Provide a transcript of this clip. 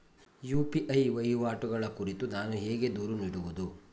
UPI ವಹಿವಾಟುಗಳ ಕುರಿತು ನಾನು ಹೇಗೆ ದೂರು ನೀಡುವುದು?